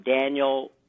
Daniel